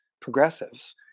progressives